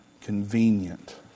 convenient